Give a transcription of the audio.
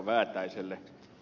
väätäiselle